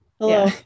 Hello